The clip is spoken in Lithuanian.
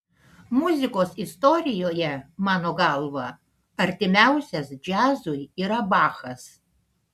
muzikos istorijoje mano galva artimiausias džiazui yra bachas